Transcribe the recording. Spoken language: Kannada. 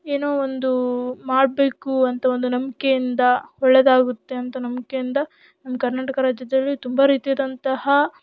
ಏನೋ ಒಂದು ಮಾಡಬೇಕು ಅಂತ ಒಂದು ನಂಬಿಕೆಯಿಂದ ಒಳ್ಳೆಯದಾಗುತ್ತೆ ಅಂತ ನಂಬಿಕೆಯಿಂದ ನಮ್ಮ ಕರ್ನಾಟಕ ರಾಜ್ಯದಲ್ಲಿ ತುಂಬ ರೀತಿಯಾದಂತಹ